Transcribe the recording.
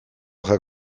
zaio